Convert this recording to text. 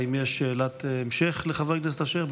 האם יש שאלת המשך לחבר הכנסת אשר?